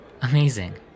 Amazing